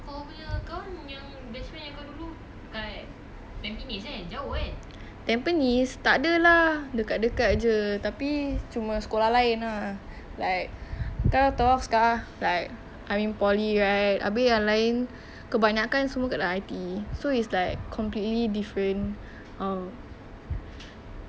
tampines tak ada lah dekat dekat jer tapi sekolah lain ah like entah tak tahu sekarang like I'm in poly right abeh yang lain kebanyakan semua kat I_T_E is it's like completely different um timetable susah ah nak jumpa kau eh macam mana kau jumpa kawan kau yang route lain